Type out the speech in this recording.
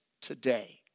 today